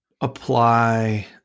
apply